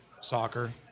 soccer